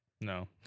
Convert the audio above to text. No